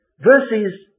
Verses